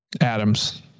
Adams